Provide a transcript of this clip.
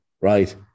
right